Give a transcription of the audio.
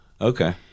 Okay